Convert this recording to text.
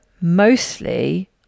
mostly